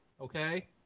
Okay